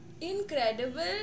incredible